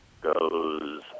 goes